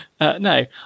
No